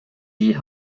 die